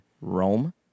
Rome